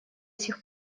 сих